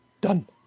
Done